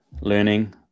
learning